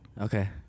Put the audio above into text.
Okay